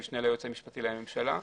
המשנה ליועץ המשפטי לממשלה,